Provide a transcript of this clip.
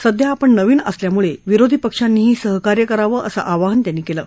सध्या आपण नवीन असल्यानं विरोधी पक्षांनीही सहकार्य करावं असं आवाहनही त्यांनी कलि